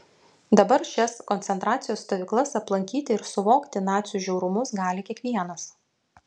dabar šias koncentracijos stovyklas aplankyti ir suvokti nacių žiaurumus gali kiekvienas